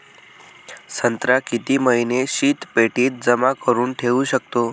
संत्रा किती महिने शीतपेटीत जमा करुन ठेऊ शकतो?